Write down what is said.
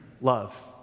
love